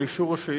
על אישור השאילתא,